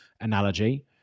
analogy